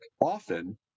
often